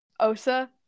Osa